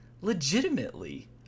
legitimately